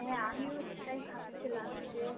হ্যাঁ আমিও সেটাই ভাবছিলাম যে